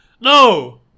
No